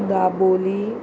Dabolim